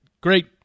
great